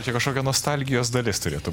čia kažkokia nostalgijos dalis turėtų